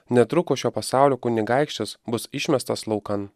netrukus šio pasaulio kunigaikštis bus išmestas laukan